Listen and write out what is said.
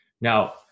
Now